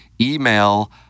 email